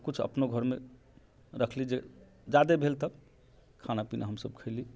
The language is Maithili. आ कुछ अपनो घरमे रखली जे जादे भेल तब खाना पीना हम सभ खेली